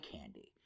candy